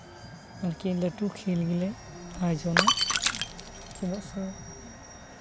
ᱟᱨᱠᱤ ᱞᱟᱹᱴᱩ ᱠᱷᱮᱞ ᱜᱮᱞᱮ ᱟᱭᱳᱡᱚᱱᱟ ᱪᱮᱫᱟᱜ ᱥᱮ